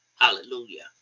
Hallelujah